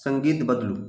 सङ्गीत बदलू